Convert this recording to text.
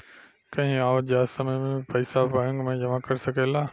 कहीं आवत जात समय में भी पइसा बैंक में जमा कर सकेलऽ